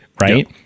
right